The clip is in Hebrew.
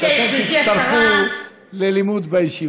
שאתם תצטרפו ללימוד בישיבה.